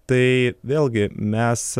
tai vėlgi mes